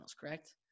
correct